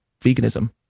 veganism